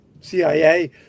CIA